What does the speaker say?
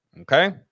Okay